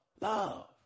love